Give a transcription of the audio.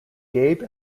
gabe